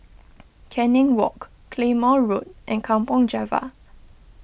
Canning Walk Claymore Road and Kampong Java